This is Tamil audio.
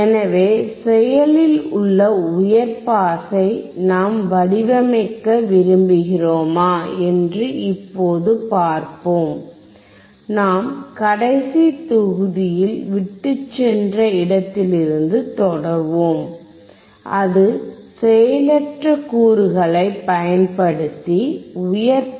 எனவே செயலில் உள்ள உயர் பாஸை நாம் வடிவமைக்க விரும்புகிறோமா என்று இப்போது பார்ப்போம் நாம் கடைசி தொகுதியில் விட்டுச்சென்ற இடத்திலிருந்து தொடர்வோம் அது செயலற்ற கூறுகளைப் பயன்படுத்தி உயர் பாஸ் வடிகட்டியாகும்